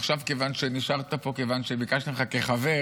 עכשיו, כיוון שנשארת פה, כיוון שביקשתי ממך כחבר,